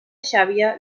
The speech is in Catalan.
xàbia